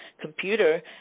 computer